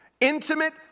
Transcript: Intimate